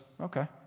okay